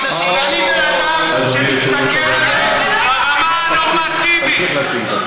אני בן-אדם שמסתכל ברמה הנורמטיבית.